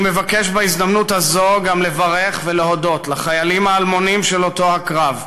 אני מבקש בהזדמנות הזו גם לברך ולהודות לחיילים האלמונים של אותו הקרב,